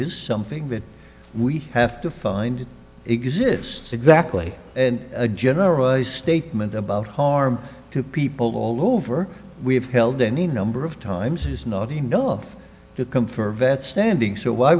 use something that we have to find exists exactly in a general statement about harm to people all over we have held any number of times is not enough to come for vet standing so w